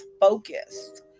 focused